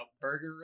burger